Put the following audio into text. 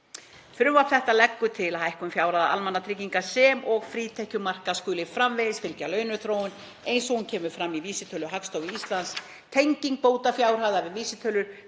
Frumvarp þetta leggur til að hækkun fjárhæða almannatrygginga, sem og frítekjumarka, skuli framvegis fylgja launaþróun eins og hún kemur fram í vísitölu Hagstofu Íslands. Tenging bótafjárhæða við vísitölur